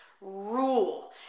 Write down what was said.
rule